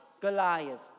Goliath